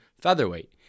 featherweight